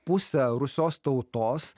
pusę rusios tautos